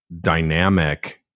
dynamic